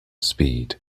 speed